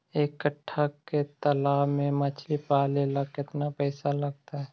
एक कट्ठा के तालाब में मछली पाले ल केतना पैसा लगतै?